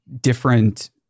different